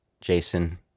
Jason